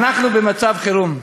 אנחנו במצב חירום.